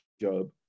Job